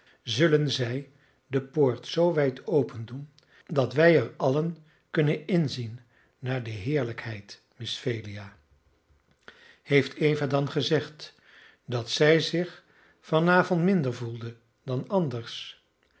zullen zij de poort zoo wijd opendoen dat wij er allen kunnen inzien naar de heerlijkheid miss phelia heeft eva dan gezegd dat zij zich van avond minder voelde dan anders